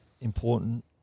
important